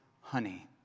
honey